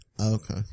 Okay